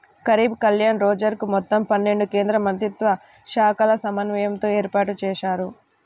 గరీబ్ కళ్యాణ్ రోజ్గర్ మొత్తం పన్నెండు కేంద్రమంత్రిత్వశాఖల సమన్వయంతో ఏర్పాటుజేశారు